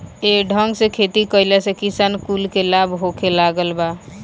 ये ढंग से खेती कइला से किसान कुल के लाभ होखे लागल बा